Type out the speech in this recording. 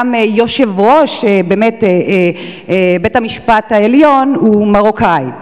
שם יושב-ראש בית-המשפט העליון הוא מרוקני.